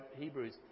Hebrews